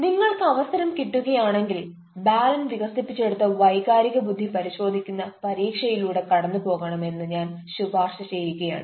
നിങ്ങൾക്ക് അവസരം കിട്ടുകയാണെങ്കിൽ ബാരൻ വികസിപ്പിച്ചെടുത്ത വൈകാരിക ബുദ്ധി പരിശോധിക്കുന്ന പരീക്ഷയിലൂടെ കടന്ന് പോകണം എന്ന് ഞാൻ ശുപാർശ ചെയ്യുകയാണ്